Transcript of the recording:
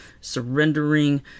surrendering